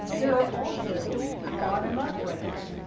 there are also bottom-up writers